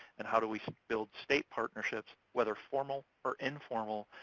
and how do we build state partnerships, whether formal or informal?